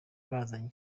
bazanye